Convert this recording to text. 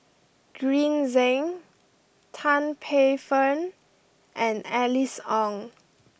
Green Zeng Tan Paey Fern and Alice Ong